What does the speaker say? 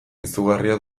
izugarria